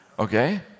Okay